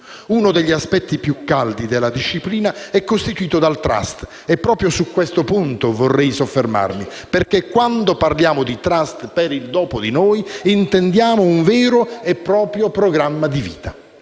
Uno degli aspetti più "caldi" della disciplina è costituito dal *trust* e proprio su questo punto vorrei soffermarmi, perché quando parliamo di *trust* per il "dopo di noi" intendiamo un vero e proprio programma di vita.